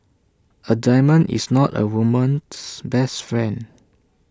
A diamond is not A woman's best friend